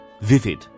vivid